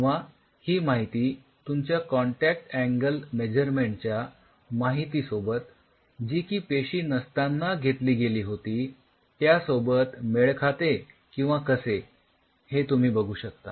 किंवा ही माहिती तुमच्या कॉन्टॅक्ट अँगल मेझरमेन्टच्या माहितीसोबत जी की पेशी नसतांना घेतली गेली होती त्यासोबत मेळ खाते किंवा कसे हे तुम्ही बघू शकता